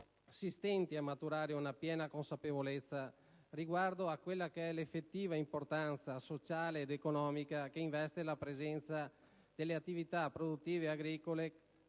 si stenti a maturare una piena consapevolezza riguardo all'effettiva importanza sociale ed economica che investe la presenza delle attività produttive agricole